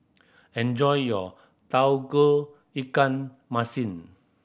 enjoy your ikan masin